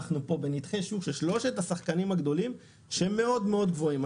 אנחנו פה בנתחי שוק של שלושת השחקנים הגדולים שהם מאוד מאוד גבוהים.